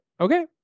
okay